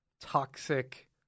toxic